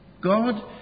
God